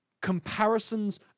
comparisons